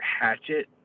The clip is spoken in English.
hatchet